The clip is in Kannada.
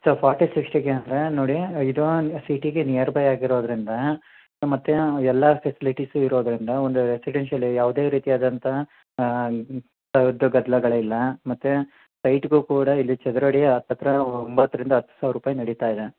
ಸ್ವಲ್ಪ ಆರ್ಟಿಸಿಸ್ಟಿಕ್ ಏನಂದರೆ ನೋಡಿ ಇದು ಸಿಟಿಗೆ ನಿಯರ್ ಬೈ ಆಗಿರೋದರಿಂದ ಮತ್ತೆ ಎಲ್ಲ ಫೆಸಿಲಿಟಿಸು ಇರೋದರಿಂದ ಒಂದು ರೆಸಿಡೆನ್ಶಿಯಲ್ ಯಾವುದೇ ರೀತಿಯಾದಂತಹ ಸದ್ದು ಗದ್ಲಗಳಿಲ್ಲ ಮತ್ತೆ ಸೈಟಿಗೂ ಕೂಡ ಇಲ್ಲಿ ಚದುರಡಿಯ ಹತ್ ಹತ್ತಿರ ಒಂಬತ್ತರಿಂದ ಹತ್ತು ಸಾವಿರ ರೂಪಾಯಿ ನಡಿತಾ ಇದೆ